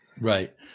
right